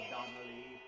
Donnelly